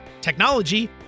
technology